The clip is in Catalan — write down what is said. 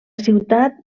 ciutat